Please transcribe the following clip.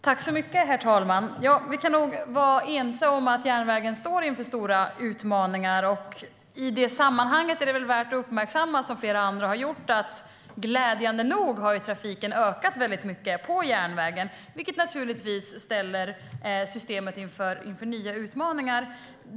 Herr talman! Vi kan nog vara ense om att järnvägen står inför stora utmaningar. I det sammanhanget är det väl värt att uppmärksamma, som flera andra har gjort, att trafiken glädjande nog har ökat starkt på järnvägen, vilket naturligtvis ställer systemet inför nya utmaningar.